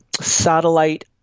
satellite –